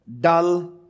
dull